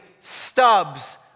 stubs